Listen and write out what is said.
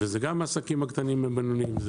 זה גם העסקים הקטנים והבינוניים,